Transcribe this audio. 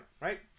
right